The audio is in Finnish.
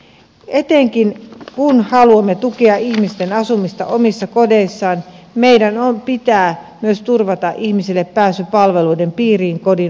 etenkin kun haluamme tukea ihmisten asumista omissa kodeissaan meidän pitää myös turvata ihmisille pääsy palveluiden piiriin kodin ulkopuolelle